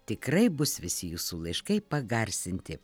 tikrai bus visi jūsų laiškai pagarsinti